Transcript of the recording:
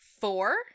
four